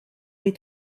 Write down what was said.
les